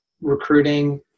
recruiting